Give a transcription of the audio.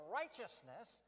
righteousness